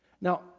Now